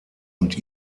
und